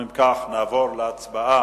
אם כך, אנחנו נעבור להצבעה